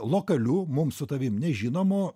lokalių mums su tavim nežinomų